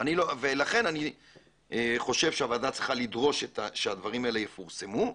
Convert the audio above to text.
אני חושב שהוועדה צריכה לדרוש שהדברים האלה יפורסמו.